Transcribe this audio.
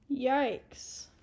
yikes